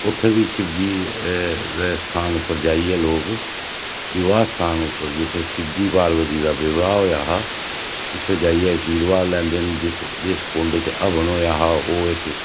उत्थें बी शिवजी दे स्थान उप्पर जाइयै लोक विवाह् स्थान उप्पर जित्थै शिवजी पार्वती दा विवाह् होएआ हा उत्थें जाइयै आर्शीवाद लैंदे न जिस कुंड च हवन होएआ हा ओह् इक